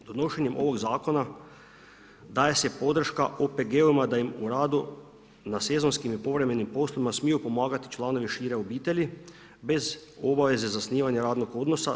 Donošenjem ovog zakona daje se podrška OPG-ovima da im u radu na sezonskim i povremenim poslovima smiju pomagati članovi šire obitelji bez obaveze zasnivanja radnog odnosa.